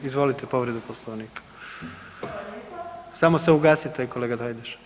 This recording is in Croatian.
Izvolite, povredu Poslovnika. … [[Upadica sa strane, ne razumije se.]] Samo se ugasite, kolega Hajdaš